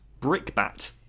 Brickbat